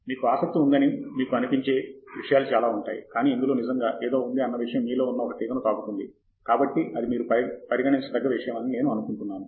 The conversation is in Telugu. మీకు ఆసక్తి ఉందని మీకు అనిపించే విషయాలు చాలా ఉంటాయి కానీ ఇందులో నిజంగా ఏదో ఉంది అన్న విషయము మీలో ఉన్న ఒక తీగను తాకుతుంది కాబట్టి అది మీరు పరిగణించ దగ్గ విషయం అని నేను అనుకుంటున్నాను